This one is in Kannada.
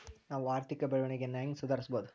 ನಾವು ಆರ್ಥಿಕ ಬೆಳವಣಿಗೆಯನ್ನ ಹೆಂಗ್ ಸುಧಾರಿಸ್ಬಹುದ್?